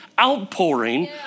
outpouring